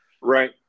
right